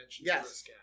Yes